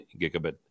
gigabit